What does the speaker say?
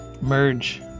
merge